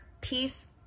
peace